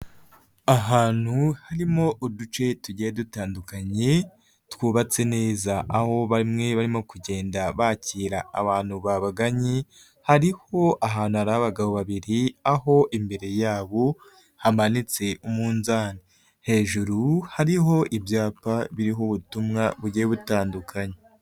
Ahantu harimo uduce tugiye dutandukanye twubatse neza, aho bamwe barimo kugenda bakira abantu babaganyi, hariho ahantu ari abagabo babiri aho imbere yabo hamanitse umunzani, hejuru hariho ibyapa biriho ubutumwa bugiye butandukanye.